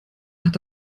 hat